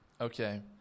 Okay